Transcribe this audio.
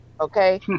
Okay